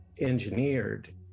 engineered